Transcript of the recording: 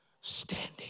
standing